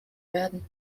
werden